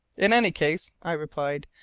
in any case, i replied,